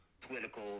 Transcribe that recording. political